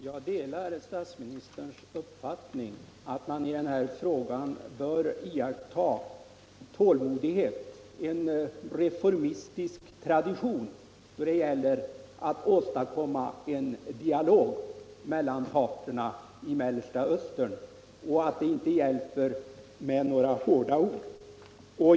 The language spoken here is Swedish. Herr talman! Jag delar statsministerns uppfattning att man bör iaktta tålmodighet — en reformistisk tradition — då det gäller att åstadkomma en dialog mellan länderna i Mellersta Östern och att det inte hjälper med några hårda ord.